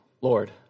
Lord